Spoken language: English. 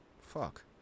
fuck